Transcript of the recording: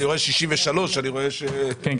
אני רואה 63. כן.